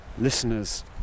listeners